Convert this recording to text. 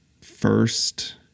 first